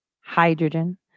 hydrogen